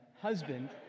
husband